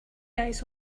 guys